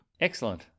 Excellent